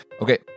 Okay